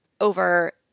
over